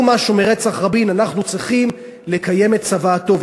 משהו מרצח רבין אנחנו צריכים לקיים את צוואתו,